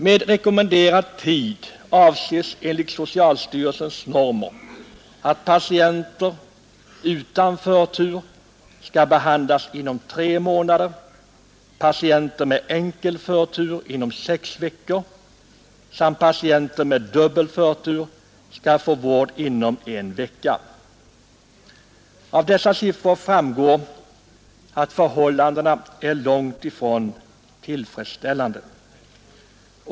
Med rekommenderad tid avses enligt socialstyrelsens normer att patienter utan förtur skall behandlas inom tre månader, patienter med enkel förtur inom sex veckor samt patienter med dubbel förtur inom en vecka. Av dessa siffror framgår att förhållandena är långtifrån tillfredsställande.